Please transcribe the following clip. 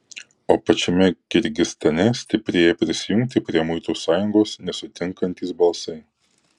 o pačiame kirgizstane stiprėja prisijungti prie muitų sąjungos nesutinkantys balsai